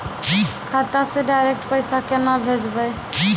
खाता से डायरेक्ट पैसा केना भेजबै?